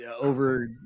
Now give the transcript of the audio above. over